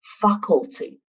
faculty